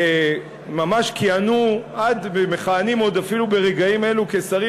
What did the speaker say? שממש מכהנים אפילו ברגעים אלה כשרים,